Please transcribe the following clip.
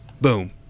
Boom